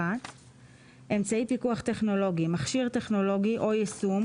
"אמצעי פיקוח טכנולוגי" מכשיר טכנולוגי או יישום,